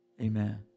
Amen